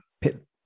pit